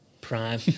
prime